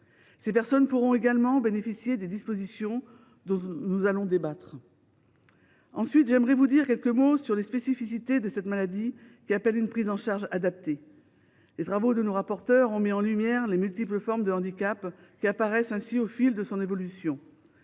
Ces personnes pourront également bénéficier des dispositions dont nous allons débattre. Ensuite, j’aimerais vous dire quelques mots sur les spécificités de cette maladie, qui nécessite une prise en charge adaptée. Les travaux de nos rapporteures ont mis en lumière les multiples formes de handicap qui apparaissent ainsi au fil de son évolution.